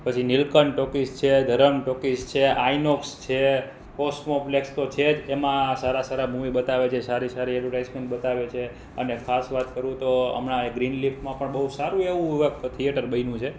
પછી નીલકંઠ ટોકીઝ છે ધરમ ટોકીઝ છે આઈનોક્સ છે કોસમોપ્લેક્ષ તો છે જ એમાં સારા સારા મૂવી બતાવે છે સારી સારી એડવર્ટાઇઝ પણ બતાવે છે અને ખાસ વાત કરું તો હમણાં ગ્રીન લીફમાં પણ બહુ સારું એવું એક થિયેટર બન્યું છે